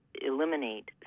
eliminate